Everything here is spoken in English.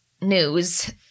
news